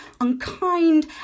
unkind